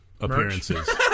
appearances